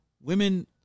Women